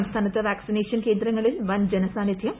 സംസ്ഥാനത്ത് വാക്സിനേഷൻ കേന്ദ്രങ്ങളിൽ വൻ ന് ജനസാന്നിദ്ധൃം